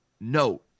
note